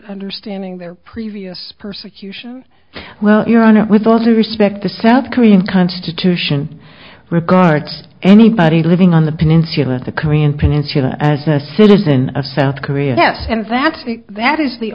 understanding their previous persecution well your honor with all due respect the south korean constitution regards anybody living on the peninsula the korean peninsula as a citizen of south korea yes and that's the that is the